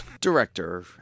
Director